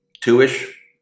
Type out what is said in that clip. two-ish